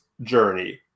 journey